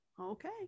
Okay